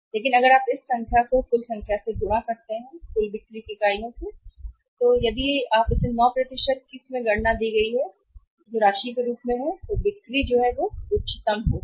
लेकिन अगर आप इस संख्या को कुल संख्या से गुणा करते हैं कुल बिक्री की इकाइयाँ यदि आप इस 9 की गणना दी गई राशि के रूप में करते हैं बिक्री जो उच्चतम होगी